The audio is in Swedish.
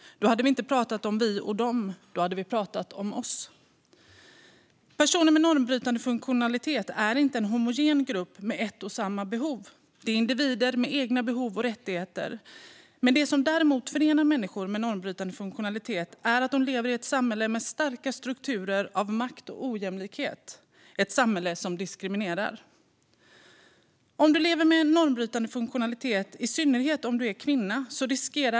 Då hade vi inte pratat om vi och dem. Då hade vi pratat om oss. Personer med normbrytande funktionalitet är inte en homogen grupp med ett och samma behov. Det är individer med egna behov och rättigheter. Det som däremot förenar människor med normbrytande funktionalitet är att de lever i ett samhälle med starka strukturer av makt och ojämlikhet, ett samhälle som diskriminerar. Av dem som lever med normbrytande funktionalitet riskerar en femtedel att hamna i fattigdom.